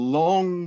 long